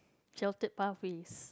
shouted Puffies